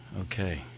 Okay